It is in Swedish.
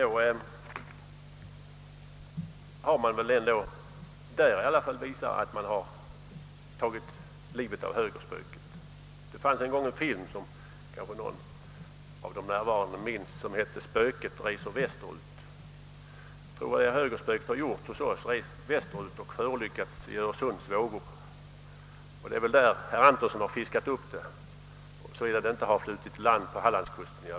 Det valresultatet visar väl att man i alla fall där tagit livet av högerspöket. Det var en gång en film som kanske någon av de närvarande minns som hette Spöket reser västerut. Det tror jag att högerspöket gjort; det har rest västerut och förolyckats i Öresunds vågor, och det är väl där herr Antonsson har fiskat upp det, såvida det inte har flutit i land på Hallandskusten.